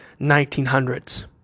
1900s